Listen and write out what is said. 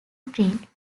print